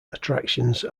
attractions